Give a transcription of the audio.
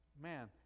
man